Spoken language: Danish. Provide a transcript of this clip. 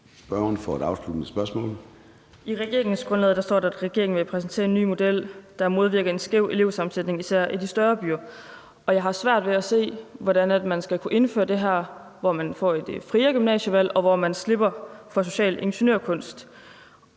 I regeringsgrundlaget står, at regeringen vil præsentere en ny model, der modvirker en skæv elevsammensætning, især i de større byer. Jeg har svært ved at se, hvordan man skal kunne indføre det her, hvor man får et friere gymnasievalg, og hvor man slipper for social ingeniørkunst.